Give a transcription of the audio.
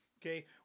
Okay